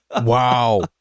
Wow